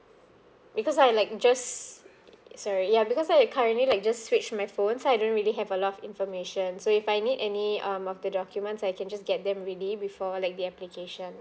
because I'd like just sorry ya because I currently like just switch my phone so I don't really have a lot of information so if I need any um of the documents I can just get them ready before like the application